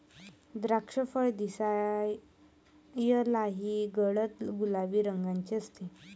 द्राक्षफळ दिसायलाही गडद गुलाबी रंगाचे असते